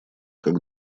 как